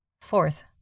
Fourth